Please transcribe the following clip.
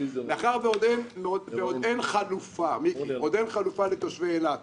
מאחר שעוד אין חלופה לתושבי אילת,